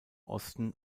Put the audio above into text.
osten